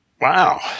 Wow